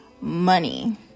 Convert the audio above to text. money